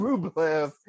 Rublev